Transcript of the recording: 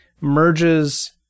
merges